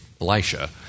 Elisha